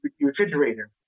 refrigerator